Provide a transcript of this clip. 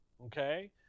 Okay